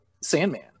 Sandman